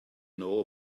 know